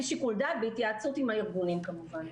שיקול דעת בהתייעצות עם הארגונים כמובן.